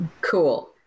Cool